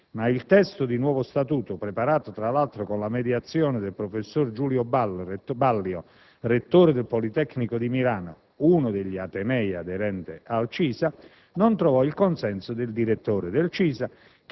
ma il testo di nuovo statuto, preparato, tra l'altro, con la mediazione del professor Giulio Ballio, rettore del Politecnico di Milano (uno degli atenei aderenti al CISA), non trova il consenso del direttore del CISA,